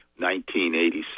1987